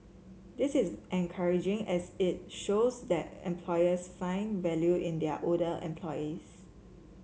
this is encouraging as it shows that employers find value in their older employees